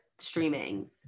streaming